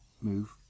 move